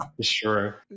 Sure